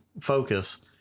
focus